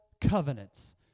covenants